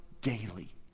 daily